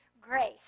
grace